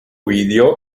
video